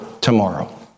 tomorrow